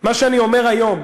מה שאני אומר היום: